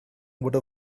would